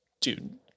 Dude